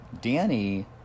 Danny